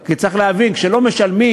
כי צריך להבין: כשלא משלמים,